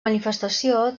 manifestació